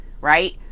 right